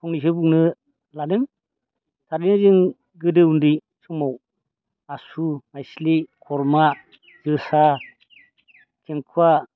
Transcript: फंनैसो बुंनो लादों तारमाने जों गोदो उन्दै समाव आसु मायस्लि खरमा जोसा जेंखुवा